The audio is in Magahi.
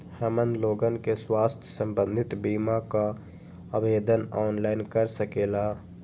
हमन लोगन के स्वास्थ्य संबंधित बिमा का आवेदन ऑनलाइन कर सकेला?